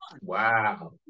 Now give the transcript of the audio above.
wow